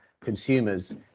consumers